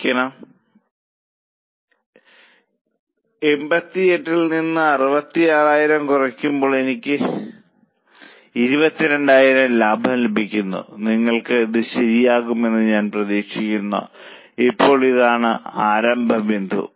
8 ക്ഷമിക്കണം 8800000 ൽ നിന്നും 6600000 കുറയ്ക്കുമ്പോൾ എനിക്ക് 2200000 ലാഭം ലഭിക്കുന്നു നിങ്ങൾക്കെല്ലാം ഇത് ശരിയാകും എന്ന് ഞാൻ പ്രതീക്ഷിക്കുന്നു ഇപ്പോൾ ഇതാണ് ആരംഭ ബിന്ദു